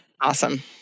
Awesome